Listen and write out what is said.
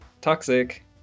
toxic